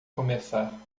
começar